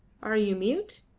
are you mute?